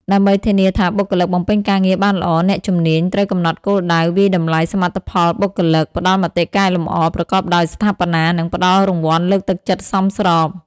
ដើម្បីធានាថាបុគ្គលិកបំពេញការងារបានល្អ អ្នកជំនាញ ត្រូវកំណត់គោលដៅ វាយតម្លៃសមិទ្ធផលបុគ្គលិក ផ្តល់មតិកែលម្អប្រកបដោយស្ថាបនា និងផ្តល់រង្វាន់លើកទឹកចិត្តសមស្រប។